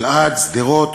אלעד, שדרות,